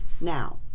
Now